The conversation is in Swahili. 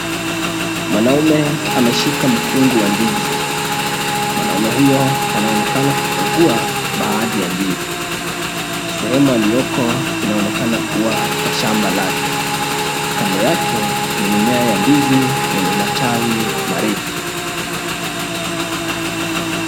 Mwanaume ameshika mkungu wa ndizi. Mwanaume huyo anaonekana kukagua baadhi ya ndizi. Sehemu aliyoko inaonekana kuwa kwa shamba lake. Kando yake ni mimea ya ndizi yenye matawi marefu.